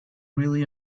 really